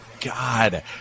God